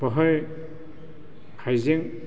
बेवहाय हाइजें